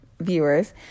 viewers